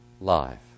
life